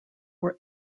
were